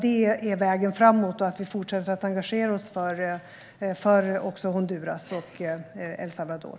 Det är vägen framåt när vi fortsätter att engagera oss för Honduras och El Salvador.